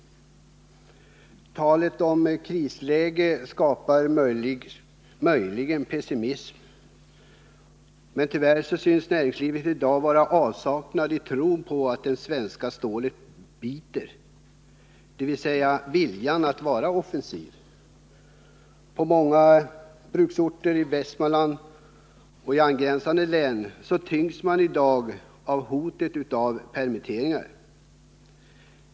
Talet om krisläge skapar möjligen pessimism, men tyvärr synes näringslivet i dag vara i avsaknad av tro på att det svenska stålet biter. Man ty an att vara offensiv. I många bruksorter i Västmanland och angränsande län tyngs man i dag av hotet om permitteringar.